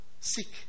Seek